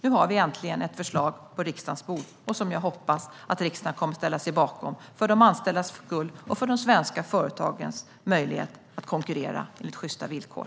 Nu har vi äntligen ett förslag på riksdagens bord, och jag hoppas att riksdagen kommer att ställa sig bakom det - för de anställdas skull, och för de svenska företagens möjlighet att konkurrera med sjysta villkor.